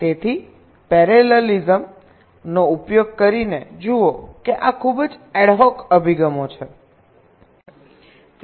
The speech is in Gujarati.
તેથી પેરેલલિઝમ નો ઉપયોગ કરીને જુઓ કે આ ખૂબ જ એડહોક અભિગમો છે